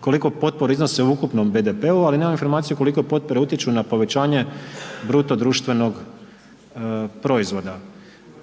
koliko potpore iznose u ukupnom BDP-u, ali nemamo informacije koliko potpore utječu na povećanje bruto društvenog proizvoda.